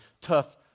tough